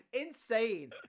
insane